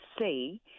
see